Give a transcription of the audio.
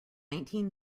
nineteen